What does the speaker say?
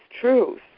truth